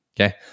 Okay